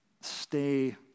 stay